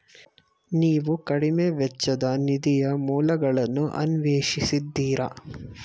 ನೀವು ಕಡಿಮೆ ವೆಚ್ಚದ ನಿಧಿಯ ಮೂಲಗಳನ್ನು ಅನ್ವೇಷಿಸಿದ್ದೀರಾ?